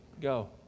go